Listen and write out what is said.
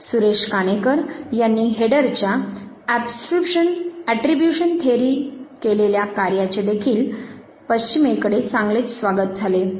सुरेश काणेकर यांनी हेडरच्या अॅट्रीब्यूशन थेअरी'वर Heiders attribution theory केलेल्या कार्याचे देखील पश्चिमेकडे चांगलेच स्वागत झाले